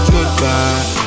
Goodbye